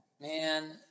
Man